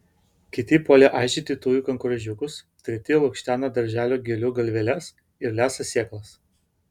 kiti puolė aižyti tujų kankorėžiukus treti lukštena darželio gėlių galveles ir lesa sėklas